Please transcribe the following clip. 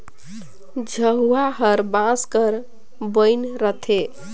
झउहा हर बांस कर बइन रहथे